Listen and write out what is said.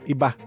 Iba